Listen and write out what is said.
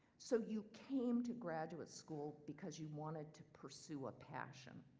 so you came to graduate school because you wanted to pursue a passion.